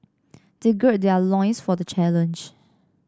they gird their loins for the challenge